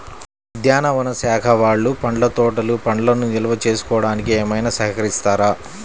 ఉద్యానవన శాఖ వాళ్ళు పండ్ల తోటలు పండ్లను నిల్వ చేసుకోవడానికి ఏమైనా సహకరిస్తారా?